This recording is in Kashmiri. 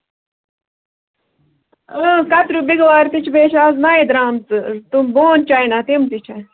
اۭں کَتریو بِگوارِ تہِ چھِ بیٚیہِ چھِ اَز نَوِ درٛامژٕ تہٕ بون چاینا تِم تہِ چھِ